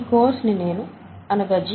ఈ కోర్స్ ని నేను అనగా జి